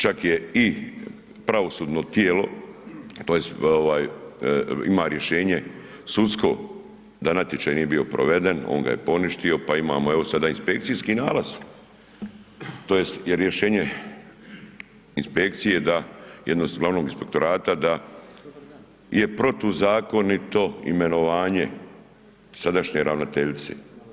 Čak je i pravosudno tijelo tj. ima rješenje sudsko da natječaj nije bio proveden, on ga je poništio pa imamo evo sada inspekcijski nalaz tj. jer rješenje inspekcije da, jednog glavnog inspektorata da je protuzakonito imenovanje sadašnje ravnateljice.